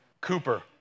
Cooper